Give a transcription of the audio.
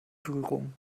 berührungen